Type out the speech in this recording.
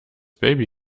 baby